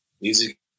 Music